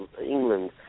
England